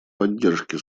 поддержке